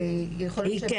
היא כן.